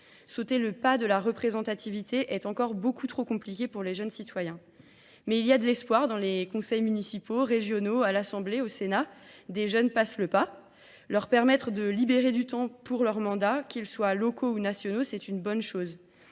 Sauter le pas de la représentativité est encore beaucoup trop compliqué pour les jeunes citoyens. Mais il y a de l'espoir dans les conseils municipaux, régionaux, à l'Assemblée, au Sénat, des jeunes passent le pas. Leur permettre de libérer du temps pour leur mandat, qu'il soit locaux ou nationaux, c'est une bonne chose.